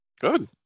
Good